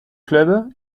club